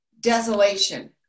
desolation